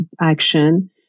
action